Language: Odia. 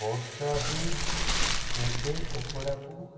ବର୍ଷା ହୁଏ ତେବେ କପଡ଼ାକୁ